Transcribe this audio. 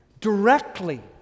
directly